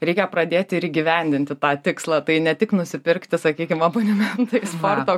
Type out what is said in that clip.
reikia pradėti ir įgyvendinti tą tikslą tai ne tik nusipirkti sakykim abonementą į sporto